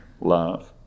love